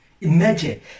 Imagine